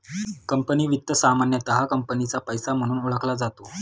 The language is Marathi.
कंपनी वित्त सामान्यतः कंपनीचा पैसा म्हणून ओळखला जातो